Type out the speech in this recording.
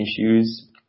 issues